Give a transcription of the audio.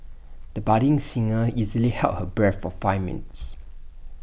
the budding singer easily held her breath for five minutes